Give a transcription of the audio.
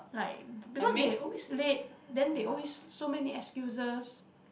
like because they always late then they always so many excuses